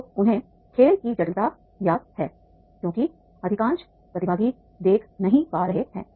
तो उन्हें खेल की जटिलता ज्ञात है क्योंकि अधिकांश प्रतिभागी देख नहीं पा रहे हैं